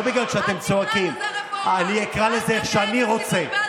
חברת הכנסת פרידמן, קריאה שנייה.